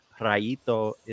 Rayito